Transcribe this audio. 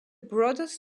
brothers